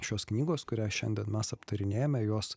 šios knygos kurią šiandien mes aptarinėjame jos